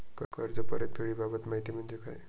कर्ज परतफेडीबाबत माहिती पाहिजे आहे